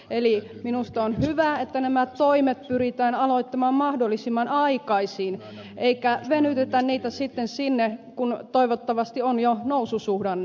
eli minusta on hyvä että nämä toimet pyritään aloittamaan mahdollisimman aikaisin eikä venytetä niitä sitten sinne kun toivottavasti on jo noususuhdanne